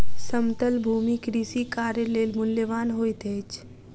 समतल भूमि कृषि कार्य लेल मूल्यवान होइत अछि